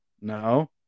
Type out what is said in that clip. No